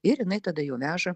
ir jinai tada jau veža